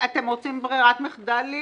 אתם רוצים ברירת מחדל?